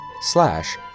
slash